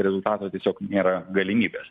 rezultato tiesiog nėra galimybės